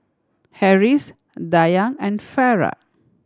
Harris Dayang and Farah